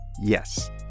Yes